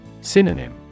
synonym